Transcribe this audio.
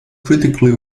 critically